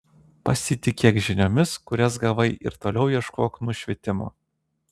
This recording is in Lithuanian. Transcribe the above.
pasitikėk žiniomis kurias gavai ir toliau ieškok nušvitimo